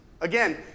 Again